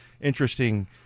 interesting